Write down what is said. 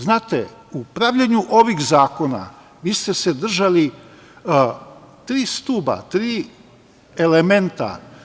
Znate, u pravljenju ovih zakona vi ste se držali tri stuba, tri elementa.